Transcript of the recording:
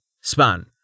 span